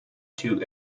too